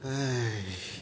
!hais!